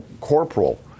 corporal